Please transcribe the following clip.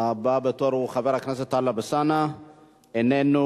הבא בתור הוא חבר הכנסת טלב אלסאנע, איננו.